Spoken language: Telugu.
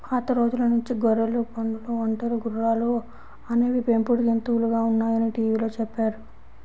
పాత రోజుల నుంచి గొర్రెలు, పందులు, ఒంటెలు, గుర్రాలు అనేవి పెంపుడు జంతువులుగా ఉన్నాయని టీవీలో చెప్పారు